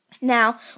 Now